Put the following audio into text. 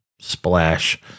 splash